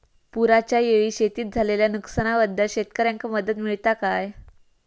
पुराच्यायेळी शेतीत झालेल्या नुकसनाबद्दल शेतकऱ्यांका मदत मिळता काय?